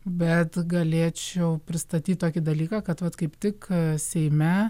bet galėčiau pristatyt tokį dalyką kad vat kaip tik seime